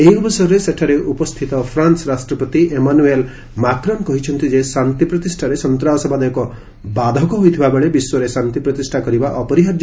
ଏହି ଅବସରରେ ସେଠାରେ ଉପସ୍ଥିତ ଫ୍ରାନ୍ସ ରାଷ୍ଟ୍ରପତି ଏମାନୁଏଲ୍ ମାକ୍ରନ୍ କହିଛନ୍ତି ଯେ ଶାନ୍ତି ପ୍ରତିଷ୍ଠାରେ ସନ୍ତାସବାଦ ଏକ ବାଧକ ହୋଇଥିବା ବେଳେ ବିଶ୍ୱରେ ଶାନ୍ତି ପ୍ରତିଷ୍ଠା କରିବା ଅପରିହାର୍ଯ୍ୟ